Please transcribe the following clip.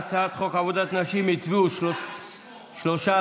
ההצעה להעביר את הצעת חוק הצעת חוק עבודת נשים (תיקון מס' 63)